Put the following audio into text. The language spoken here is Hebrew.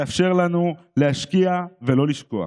שתאפשר לנו להשקיע ולא לשקוע.